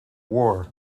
war